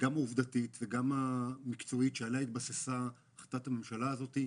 גם העובדתית וגם המקצועית שעליה התבססה החלטת הממשלה הזאת,